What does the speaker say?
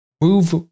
move